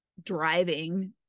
driving